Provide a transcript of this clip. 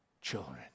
children